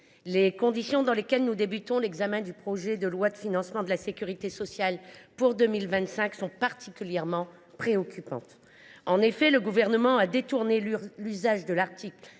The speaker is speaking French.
les conditions dans lesquelles nous entamons l’examen du projet de loi de financement de la sécurité sociale pour 2025 sont particulièrement préoccupantes. En effet, le Gouvernement a détourné l’usage de l’article